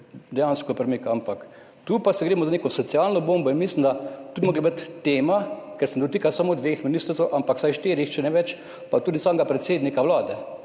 dejansko premika. Ampak tu pa gre za neko socialno bombo in mislim, da bi to morala biti tema, ki se ne dotika samo dveh ministrstev, ampak vsaj štirih, če ne več, pa tudi samega predsednika Vlade.